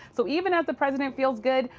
so, even as the president feels good,